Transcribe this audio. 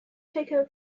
taken